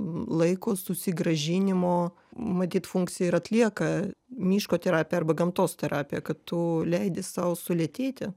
laiko susigrąžinimo matyt funkciją ir atlieka miško terapija arba gamtos terapija kad tu leidi sau sulėtėti